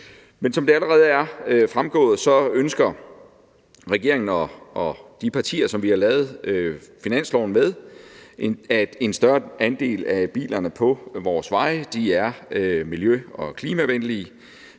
Men som det allerede er fremgået, ønsker regeringen og de partier, som vi har lavet finansloven med, at en større andel af bilerne på vores veje er miljø- og klimavenlige,